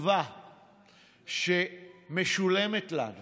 הטבה שמשולמת לנו